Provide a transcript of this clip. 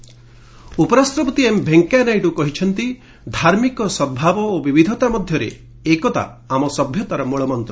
ଭେଙ୍କିୟା ନାଇଡୁ ଉପରାଷ୍ଟପତି ଏମ୍ ଭେଙ୍କିୟା ନାଇଡ଼ କହିଛନ୍ତି ଧାର୍ମିକ ସଦ୍ଭାବ ଓ ବିବିଧତା ମଧ୍ୟରେ ଏକତା ଆମ ସଭ୍ୟତାର ମ୍ବଳମନ୍ତ